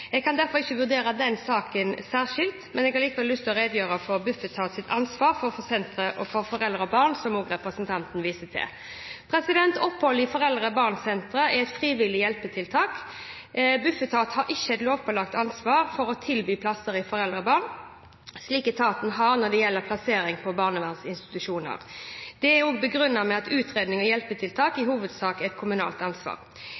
Jeg kan derfor ikke vurdere den saken særskilt. Jeg har likevel lyst til å redegjøre for Bufetats ansvar for sentre for foreldre og barn, som også representanten viser til. Opphold i foreldre og barn-sentre er et frivillig hjelpetiltak. Bufetat har ikke et lovpålagt ansvar for å tilby plasser for foreldre og barn, slik etaten har når det gjelder plassering på barnevernsinstitusjoner. Dette er også begrunnet med at utredning og hjelpetiltak i hovedsak er et kommunalt ansvar.